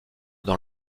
dans